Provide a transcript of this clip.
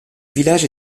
village